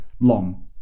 long